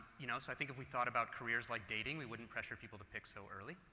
you know, so i think if we thought about careers like dating, we wouldn't pressure people to pick so early.